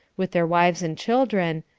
with their wives and children,